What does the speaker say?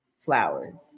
flowers